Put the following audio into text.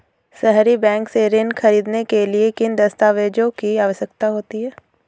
सहरी बैंक से ऋण ख़रीदने के लिए किन दस्तावेजों की आवश्यकता होती है?